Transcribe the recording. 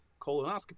colonoscopy